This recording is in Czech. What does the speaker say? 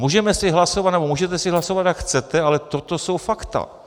Můžeme si hlasovat, nebo můžete si hlasovat, jak chcete, ale toto jsou fakta.